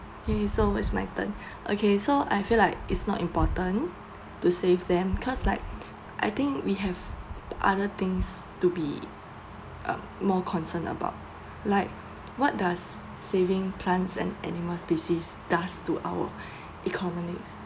okay so it's my turn okay so I feel like it's not important to save them cause like I think we have other things to be uh more concerned about like what does saving plants and animal species do to our economy